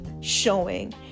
showing